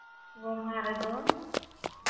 ᱜᱚᱢᱦᱟ ᱨᱮᱫᱚ